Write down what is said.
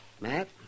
Matt